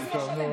לא.